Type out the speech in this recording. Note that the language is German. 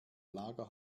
lager